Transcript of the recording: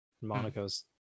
Monaco's